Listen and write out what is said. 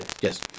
Yes